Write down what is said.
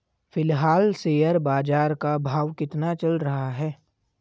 फिलहाल शेयर बाजार का भाव कितना चल रहा है?